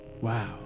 Wow